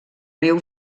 riu